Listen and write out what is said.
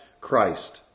Christ